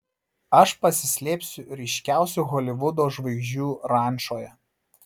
aš pasislėpsiu ryškiausių holivudo žvaigždžių rančoje